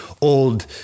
old